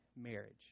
marriage